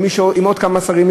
עם עוד כמה שרים,